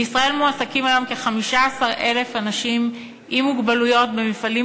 בישראל מועסקים היום כ-15,000 אנשים עם מוגבלויות במפעלים